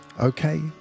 Okay